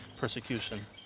persecution